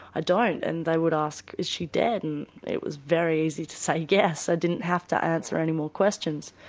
don't. and they would ask is she dead? and it was very easy to say yes, i didn't have to answer any more questions.